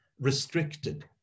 restricted